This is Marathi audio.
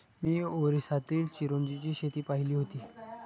मी ओरिसातील चिरोंजीची शेती पाहिली होती